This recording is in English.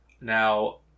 Now